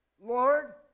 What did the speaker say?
Lord